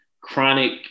chronic